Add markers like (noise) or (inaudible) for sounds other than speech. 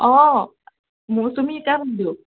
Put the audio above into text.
অঁ মোৰ তুমি (unintelligible)